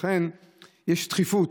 לכן יש דחיפות.